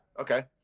Okay